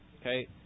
Okay